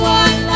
one